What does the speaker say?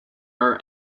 our